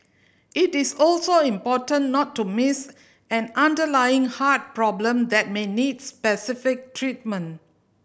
it is also important not to miss an underlying heart problem that may need specific treatment